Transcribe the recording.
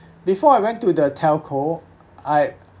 before I went to the telco I